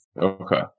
Okay